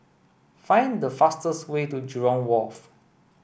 find the fastest way to Jurong Wharf